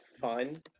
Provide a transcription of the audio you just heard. fun